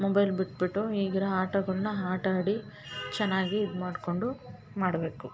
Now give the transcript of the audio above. mobile ಬಿಟ್ಬಿಟ್ಟು ಈಗಿರ ಆಟಗಳನ್ನ ಆಟ ಆಡಿ ಚೆನ್ನಾಗಿ ಇದು ಮಾಡ್ಕೊಂಡು ಮಾಡಬೇಕು